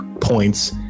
points